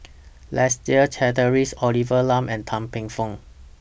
Leslie Charteris Olivia Lum and Tan Paey Fern